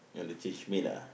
you want to change me lah